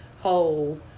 whole